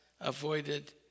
Avoided